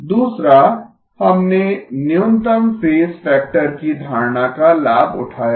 दूसरा हमने न्यूनतम फेज फैक्टर की धारणा का लाभ उठाया है